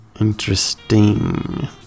Interesting